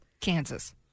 Kansas